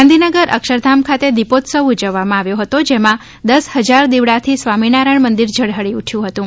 ગાંધીનગર અક્ષરધામ ખાતે દિપોત્સવ ઉજવવામાં આવ્યો હતો જેમાં દસ હજાર દિવડાથી સ્વામીનારાથણ મંદીર ઝળ્હળી ઉઠ્યુ હતું